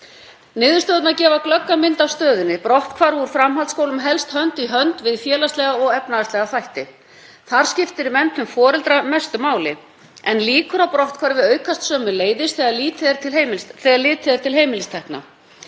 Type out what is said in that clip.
Niðurstöðurnar gefa glögga mynd af stöðunni. Brotthvarf úr framhaldsskólanum helst hönd í hönd við félagslega og efnahagslega þætti. Þar skiptir menntun foreldra mestu máli en líkur á brotthvarfi aukast sömuleiðis þegar litið er til heimilistekna.